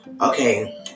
Okay